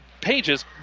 Pages